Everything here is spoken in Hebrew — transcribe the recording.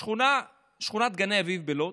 לשכונת גני אביב בלוד.